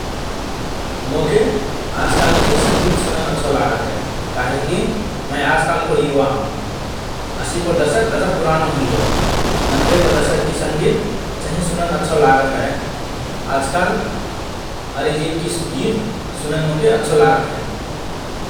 मोके आजकालकि संगीत सुनन अच्छो लागत हए । काहेकि मए आजकालको युवा हओं । असिको दशक गजब पुरानो हुइगओ । नब्बेको दशककि संगीत चहिं सुनन अच्छो लागत हए । आजकल अरिजितकि ग्–गीत सुनन मोके अच्छो लागत हए ।